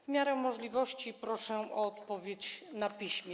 W miarę możliwości proszę o odpowiedź na piśmie.